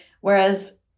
whereas